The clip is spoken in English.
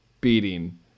beating